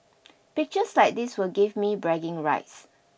pictures like this will give me bragging rights